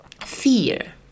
fear